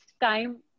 time